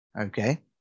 Okay